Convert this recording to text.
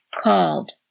Called